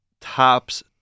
tops